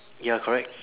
ya correct